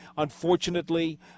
Unfortunately